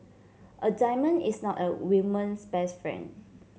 a diamond is not a woman's best friend